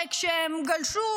וכשהם גלשו,